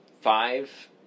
five